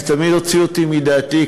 זה תמיד הוציא אותי מדעתי,